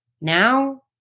now